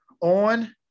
on